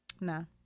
No